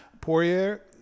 Poirier